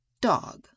dog